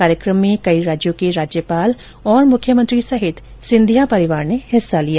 कार्यकम में कई राज्यों के राज्यपाल और मुख्यमंत्री सहित सिंधिया परिवार ने हिस्सा लिया